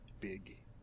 big